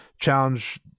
challenge